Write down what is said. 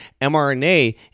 mRNA